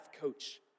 coach